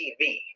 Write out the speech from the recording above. TV